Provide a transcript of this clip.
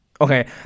Okay